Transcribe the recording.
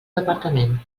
departament